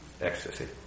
ecstasy